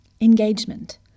Engagement